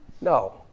No